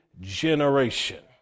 generation